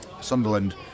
Sunderland